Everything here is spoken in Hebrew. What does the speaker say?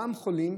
אותם חולים,